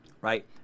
right